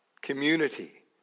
community